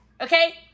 okay